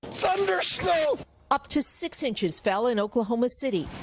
so up to six inches fell in oklahoma city,